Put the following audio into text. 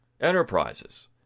enterprises